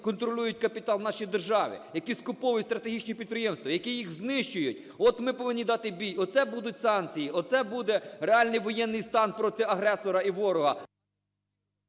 контролюють капітал у нашій державі, які скуповують стратегічні підприємства, які їх знищують. От ми повинні дати бій, оце будуть санкції, оце буде реальний воєнний стан проти агресора і ворога.